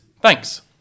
Thanks